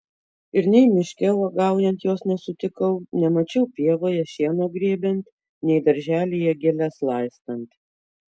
ir nei miške uogaujant jos nesutikau nemačiau pievoje šieno grėbiant nei darželyje gėles laistant